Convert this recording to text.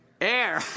air